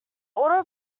auto